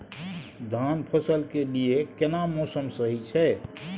धान फसल के लिये केना मौसम सही छै?